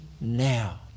now